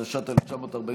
התש"ט 1949,